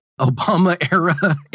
Obama-era